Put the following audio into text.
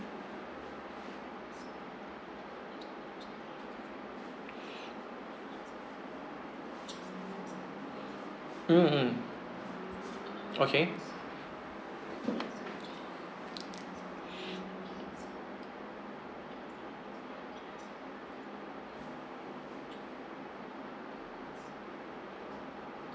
mm mm okay